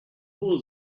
wool